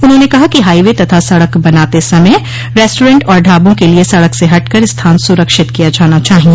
उन्होंने कहा कि हाइवे तथा सड़क बनाते समय रेस्टोरेन्ट और ढाबों के लिए सड़क से हटकर स्थान सुरक्षित किया जाना चाहिए